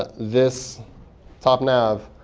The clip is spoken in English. this top nav.